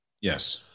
yes